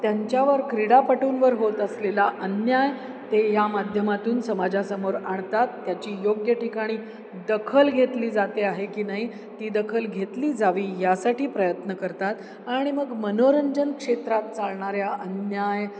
त्यांच्यावर क्रीडापटूंवर होत असलेला अन्याय ते या माध्यमातून समाजासमोर आणतात त्याची योग्य ठिकाणी दखल घेतली जाते आहे की नाही ती दखल घेतली जावी यासाठी प्रयत्न करतात आणि मग मनोरंजन क्षेत्रात चालणाऱ्या अन्याय